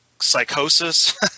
psychosis